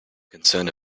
concerned